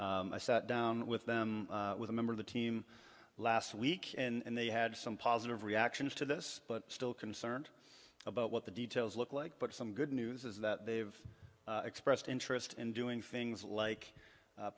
i sat down with them with a member of the team last week and they had some positive reactions to this but still concerned about what the details look like but some good news is that they've expressed interest in doing things like